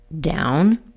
down